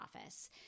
office